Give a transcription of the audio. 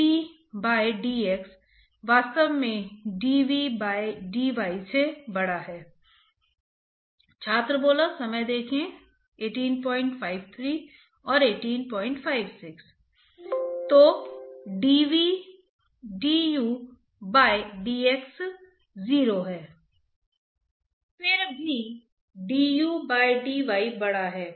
बेशक आप इसे शेल बैलेंस लिखकर कर सकते हैं इसे करने का कठोर तरीका है लेकिन आपको यह भी पता होना चाहिए कि गैर कठोर तरीका क्या है अन्यथा आपको नहीं पता कि हमने आपके शेल बैलेंस में कोई गलती की है